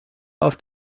auf